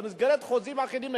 במסגרת חוזים אחידים,